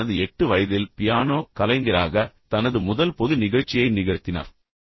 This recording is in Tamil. அவர் தனது 8 வயதில் பியானோ கலைஞராக தனது முதல் பொது நிகழ்ச்சியை நிகழ்த்தினார்